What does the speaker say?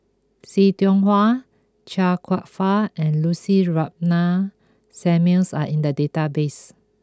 See Tiong Wah Chia Kwek Fah and Lucy Ratnammah Samuels are in the database